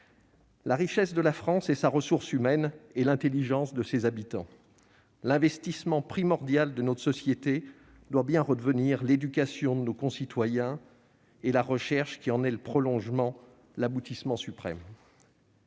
La richesse de la France est sa ressource humaine et l'intelligence de ses habitants. L'investissement primordial de notre société doit bien redevenir l'éducation de nos concitoyens et la recherche, qui en est l'aboutissement suprême.